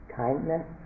kindness